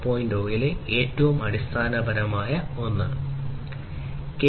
0 ഏറ്റവും അടിസ്ഥാനപരമായ ഒന്നാണ് ഇൻഡസ്ട്രി 4